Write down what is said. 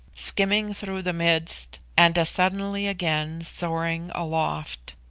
skimming through the midst, and as suddenly again soaring aloft.